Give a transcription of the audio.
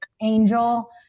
angel